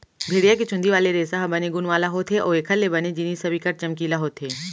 भेड़िया के चुंदी वाले रेसा ह बने गुन वाला होथे अउ एखर ले बने जिनिस ह बिकट चमकीला होथे